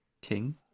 King